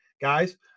guys